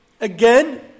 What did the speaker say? again